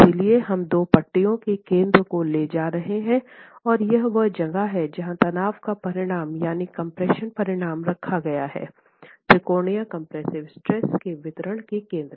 इसलिए हम दो पट्टियों के केन्द्र को ले जा रहे हैं और यह वह जगह है जहाँ तनाव का परिणाम यानि कम्प्रेशन परिणाम रखा गया हैं त्रिकोणीय कंप्रेसिव स्ट्रेस के वितरण के केंद्र पर है